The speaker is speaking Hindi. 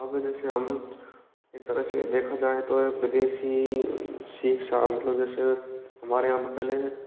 अभी जैसे हम एक तरह से देखा जाए तो विदेशी शिक्षा मतलब जैसे हमारे यहाँ पर पहले